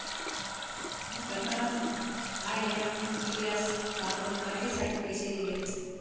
मी प्रथमच आय.एम.पी.एस वापरून खरेदीसाठी पैसे दिले